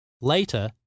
Later